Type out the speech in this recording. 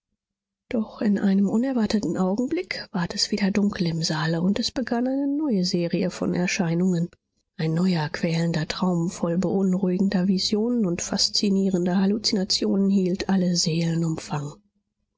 doch in einem unerwarteten augenblick ward es wieder dunkel im saale und es begann eine neue serie von erscheinungen ein neuer quälender traum voll beunruhigender visionen und faszinierender halluzinationen hielt alle seelen